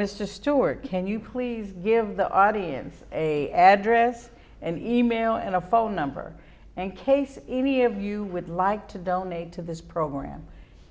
mr stewart can you please give the audience a address an e mail and a phone number and case any of you would like to donate to this program